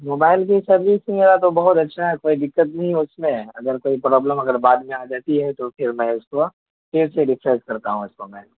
mobile کی service تو میرا تو بہت اچھا ہے کوئی دقت نہیں ہے اس میں اگر کوئی پرابلم اگر بعد میں آ جاتی ہے تو پھر میں اس کو پھر سے ریپئر کرتا ہوں اس کو میں